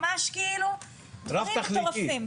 ממש כאילו דברים מטורפים.